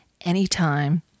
anytime